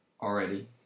already